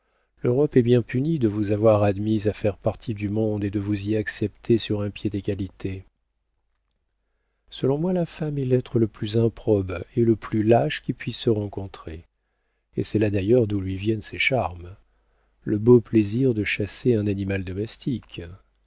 l'europe est bien punie de vous avoir admises à faire partie du monde et de vous y accepter sur un pied d'égalité selon moi la femme est l'être le plus improbe et le plus lâche qui puisse se rencontrer et c'est là d'ailleurs d'où lui viennent ses charmes le beau plaisir de chasser un animal domestique